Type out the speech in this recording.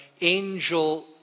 angel